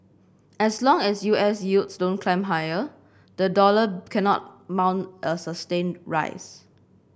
as long as U S yields don't climb higher the dollar cannot mount a sustained rise